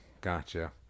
gotcha